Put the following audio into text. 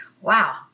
Wow